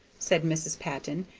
said mrs. patton,